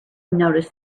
noticed